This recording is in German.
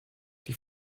die